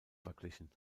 verglichen